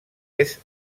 est